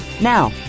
Now